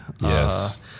Yes